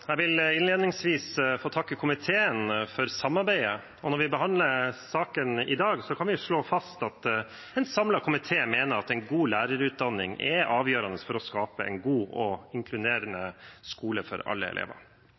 Jeg vil innledningsvis få takke komiteen for samarbeidet. Når vi behandler saken i dag, kan vi slå fast at en samlet komité mener at en god lærerutdanning er avgjørende for å skape en god og inkluderende skole for alle elever.